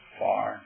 far